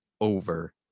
over